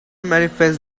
manifest